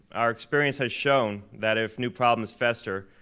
our experience has shown that if new problems fester,